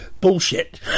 bullshit